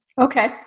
Okay